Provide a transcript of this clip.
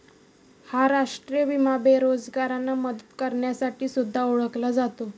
हा राष्ट्रीय विमा बेरोजगारांना मदत करण्यासाठी सुद्धा ओळखला जातो